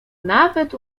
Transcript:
nawet